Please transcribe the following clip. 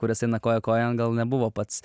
kuris eina koja kojon gal nebuvo pats